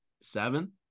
seven